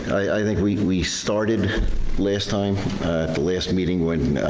i think we we started last time at the last meeting when.